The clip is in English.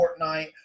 Fortnite